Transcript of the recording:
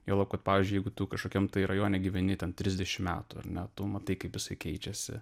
juolab kad pavyzdžiui jeigu tu kažkokiam tai rajone gyveni ten trisdešim metų ar ne tu matai kaip jisai keičiasi